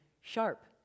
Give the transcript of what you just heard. sharp